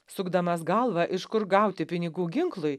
sukdamas galvą iš kur gauti pinigų ginklui